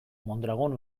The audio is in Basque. mondragon